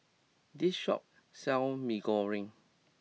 this shop sells Mee Goreng